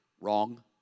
Wrong